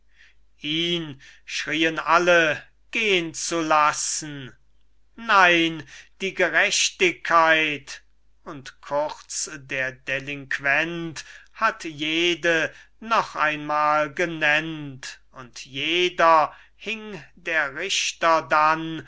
ihn schrieen alle gehn zu lassen nein die gerechtigkeit und kurz der delinquent hat jede noch einmal genennt und jeder hing der richter